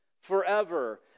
forever